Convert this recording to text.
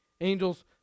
Angels